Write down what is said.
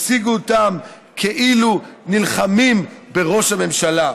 הציגו אותם כאילו הם נלחמים בראש הממשלה.